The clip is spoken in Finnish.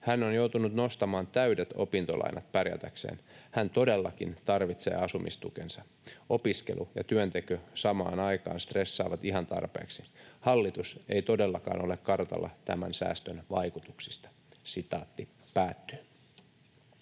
Hän on joutunut nostamaan täydet opintolainat pärjätäkseen. Hän todellakin tarvitsee asumistukensa. Opiskelu ja työnteko samaan aikaan stressaavat ihan tarpeeksi. Hallitus ei todellakaan ole kartalla tämän ’säästön’ vaikutuksista.” ”Olen